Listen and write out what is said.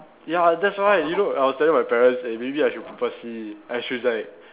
ya that's why you know I was telling my parent eh maybe I should purposely I should like